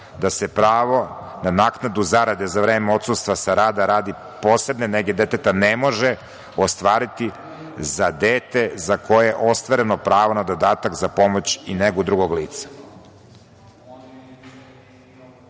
da se pravo na naknadu zarade za vreme odsustva sa rada radi posebne nege deteta ne može ostvariti za dete za koje je ostvaren pravo na dodatak za pomoć i negu drugog lica. Ni